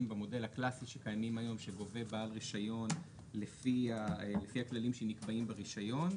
במודל הקלסי שקיימים היום שגובה בעל רישיון לפי הכללים שנקבעים ברישיון,